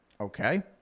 Okay